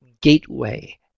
gateway